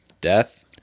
death